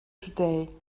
today